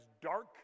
dark